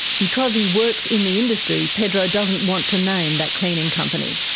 because he works in the industry, pedro doesn't want to name that cleaning company.